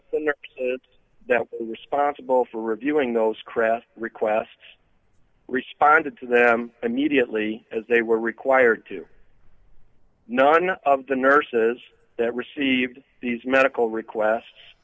just that responsible for reviewing those craft requests responded to them immediately as they were required to none of the nurses that received these medical requests